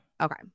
okay